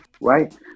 right